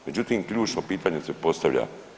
Međutim, ključno pitanje se postavlja.